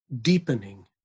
deepening